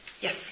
Yes